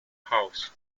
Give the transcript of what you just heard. house